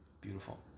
Beautiful